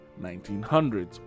1900s